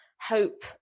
hope